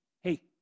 hey